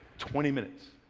twenty minutes.